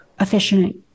efficient